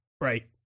right